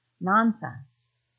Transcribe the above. nonsense